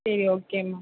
சரி okay ma'am